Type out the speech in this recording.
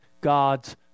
God's